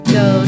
go